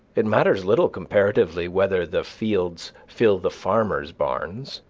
it matters little comparatively whether the fields fill the farmer's barns.